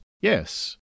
Yes